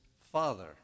father